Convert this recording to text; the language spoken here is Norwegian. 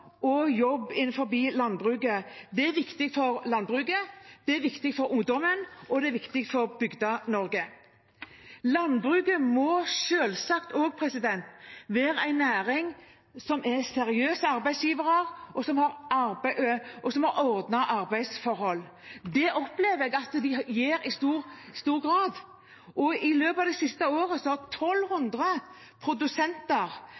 og jobb innen landbruket. Det er viktig for landbruket, det er viktig for ungdommen, og det er viktig for Bygde-Norge. Landbruket må selvsagt også være en næring med seriøse arbeidsgivere, og som har ordnede arbeidsforhold. Det opplever jeg at de gir i stor grad. Og i løpet av det siste året har 1 200 produsenter